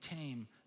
tame